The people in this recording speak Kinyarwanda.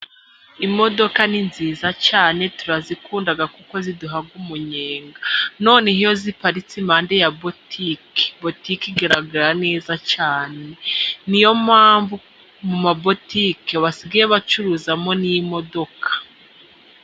Imodoka ni nziza cyane turazikunda kuko ziduha umunyenga, none iyo ziparitse iruhande rwa butike, butike igaragara neza cyane, niyo mpamvu muri za butike basigaye bacuruzamo n'imodoka.